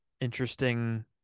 interesting